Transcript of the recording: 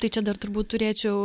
tai čia dar turbūt turėčiau